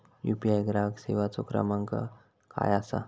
UPI ग्राहक सेवेचो क्रमांक काय असा?